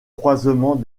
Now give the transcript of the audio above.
croisement